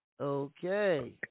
Okay